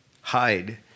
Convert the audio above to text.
Hide